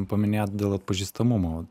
paminėt dėl atpažįstamumo